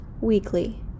weekly